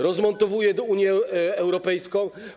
Rozmontowuje Unię Europejską.